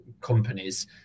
companies